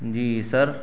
جی سر